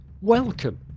Welcome